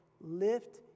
lift